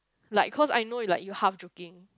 like cause I know you like half joking